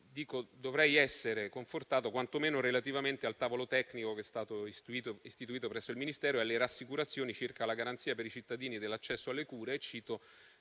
dovrei essere confortato quantomeno relativamente al tavolo tecnico che è stato istituito presso il Ministero e alle rassicurazioni circa la garanzia per i cittadini dell'accesso alle cure nella